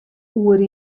oer